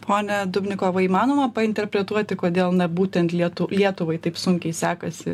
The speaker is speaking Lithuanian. pone dubnikovai įmanoma interpretuoti kodėl būtent lietų lietuvai taip sunkiai sekasi